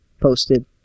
posted